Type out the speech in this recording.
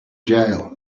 jail